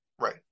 Right